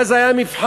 ואז היה מבחן,